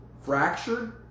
fractured